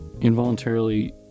involuntarily